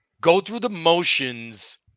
go-through-the-motions